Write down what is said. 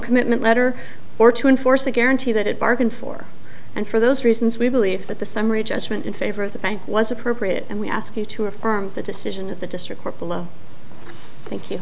commitment letter or to enforce the guarantee that it bargained for and for those reasons we believe that the summary judgment in favor of the bank was appropriate and we ask you to affirm the decision of the district court below thank you